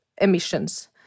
emissions